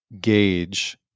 gauge